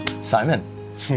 Simon